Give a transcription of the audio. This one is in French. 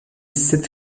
sept